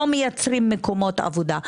לא מייצרים מקומות עבודה.